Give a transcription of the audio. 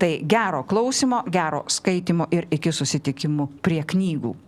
tai gero klausymo gero skaitymo ir iki susitikimų prie knygų